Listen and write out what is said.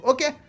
Okay